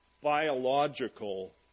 biological